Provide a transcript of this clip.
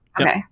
Okay